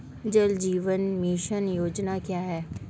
जल जीवन मिशन योजना क्या है?